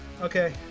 okay